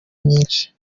myinshi